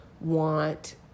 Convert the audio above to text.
want